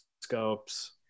Scopes